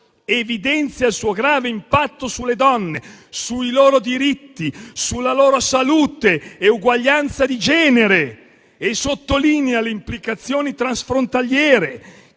evidenziandone il grave impatto sulle donne, sui loro diritti, sulla loro salute e uguaglianza di genere. E sottolinea le implicazioni transfrontaliere